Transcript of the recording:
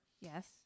Yes